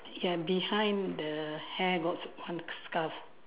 ya behind the hair got one scarf